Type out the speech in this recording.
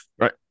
right